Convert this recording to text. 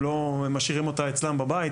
הם משאירים אותה אצלם בבית.